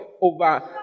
over